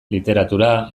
literatura